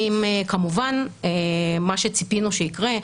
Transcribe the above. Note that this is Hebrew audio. כמובן מה שציפינו שיקרה,